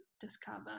discover